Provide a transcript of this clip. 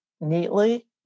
neatly